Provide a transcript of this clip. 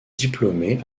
diplômée